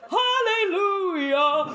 hallelujah